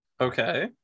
Okay